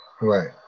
Right